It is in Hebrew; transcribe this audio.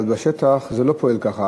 אבל בשטח זה לא פועל ככה.